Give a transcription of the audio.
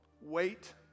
Wait